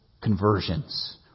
conversions